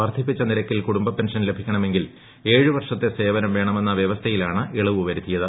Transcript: വർദ്ധിപ്പിച്ച നിരക്കിൽ കുട്ടുംബ പെൻഷൻ ലഭിക്കണമെങ്കിൽ ഏഴ് വർഷത്തെ സേവനം വേണമെന്ന വൃവസ്ഥയിലാണ് ഇളവു വരുത്തിയത്